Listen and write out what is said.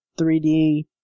3D